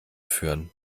führen